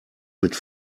mit